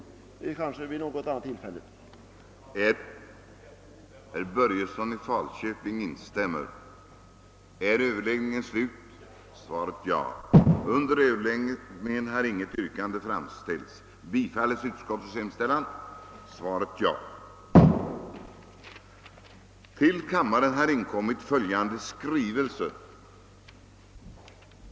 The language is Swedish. Undertecknad, hovrättsrådet Gunnar Thyresson, som f.n. är ställföreträdare för riksdagens militieombudsman, får härmed vördsamt avsäga sig detta ställföreträdarskap räknat från dagen för valet av ställföreträdare i den nya or Härmed får jag anhålla om ledighet från riksdagsarbetet tiden 24 april —3 maj 1968 för att som delegat deltaga vid Metodistkyrkans världskonferens i Dallas, Texas, USA.